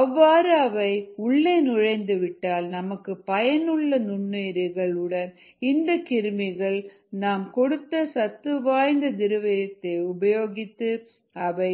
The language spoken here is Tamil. அவ்வாறு அவை உள்ளே நுழைந்துவிட்டால் நமக்கு பயனுள்ள நுண்ணுயிர்கள் உடன் இந்தக் கிருமிகளும் நாம் கொடுத்த சத்து வாய்ந்த திரவியத்தை உபயோகித்து அவை